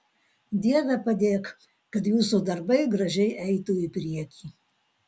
dieve padėk kad jūsų darbai gražiai eitų į priekį